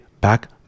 back